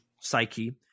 Psyche